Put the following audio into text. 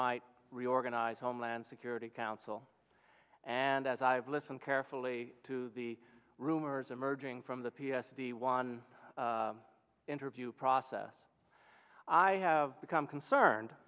might reorganize homeland security council and as i've listened carefully to the rumors emerging from the p s t one interview process i have become concerned